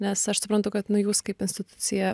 nes aš suprantu kad nu jūs kaip institucija